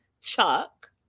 Chuck